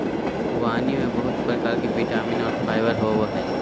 ख़ुबानी में बहुत प्रकार के विटामिन और फाइबर होबय हइ